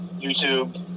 YouTube